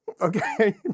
Okay